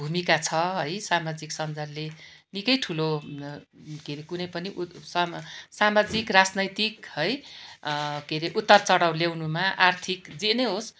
भूमिका छ है सामाजिक सञ्जालले निकै ठुलो के रे कुनै पनि उत् सम सामाजिक राजनैतिक है के रे उतारचढाउ ल्याउनुमा आर्थिक जे नै होस्